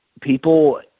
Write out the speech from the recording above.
people